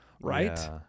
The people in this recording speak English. right